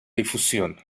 difusión